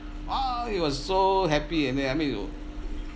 !aww! he was so happy and then I mean he was